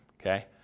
okay